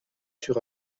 sur